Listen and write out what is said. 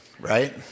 right